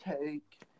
take